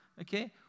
Okay